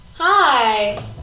hi